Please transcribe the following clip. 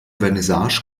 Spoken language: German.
vernissage